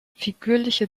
figürliche